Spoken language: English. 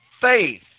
faith